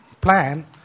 plan